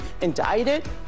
indicted